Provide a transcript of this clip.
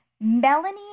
Melanie